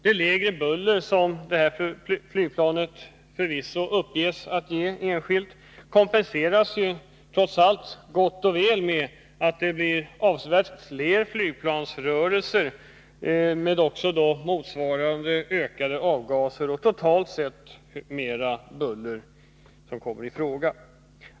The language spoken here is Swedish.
Det lägre buller som dessa flygplan förvisso uppges avge enskilt uppvägs ju trots allt gott och väl av att det blir avsevärt fler flygplansrörelser, med motsvarande ökning av avgaserna och totalt sett mera buller, som kommer i fråga.